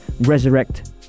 resurrect